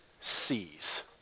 sees